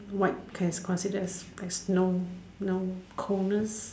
white can consider as as no no coldness